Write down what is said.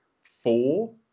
four